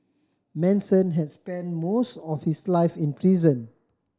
Manson has spent most of his life in prison